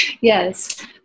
Yes